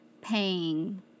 paying